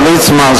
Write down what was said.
הרב ליצמן,